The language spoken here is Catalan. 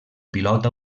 pilot